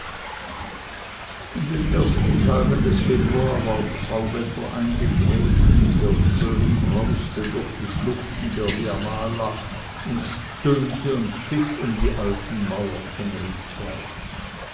in den ersten tagen des februar war tauwetter eingetreten der föhn brauste durch die schluchten der via mala und stöhnte und pfiff um die alten mauern von riedberg